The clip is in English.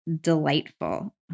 delightful